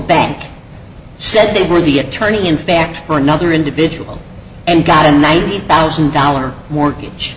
bank said they were the attorney in fact for another individual and got him now thousand dollar mortgage